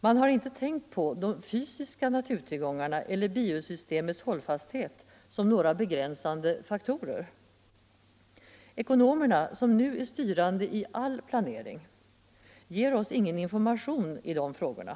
Man har inte tänkt på de fysiska naturtillgångarna eller biosystemets hållfasthet som några begränsande faktorer. Ekonomerna, som nu är styrande i all planering, ger oss ingen information i de frågorna.